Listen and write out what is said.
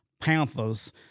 Panthers